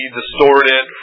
distorted